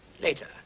Later